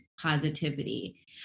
positivity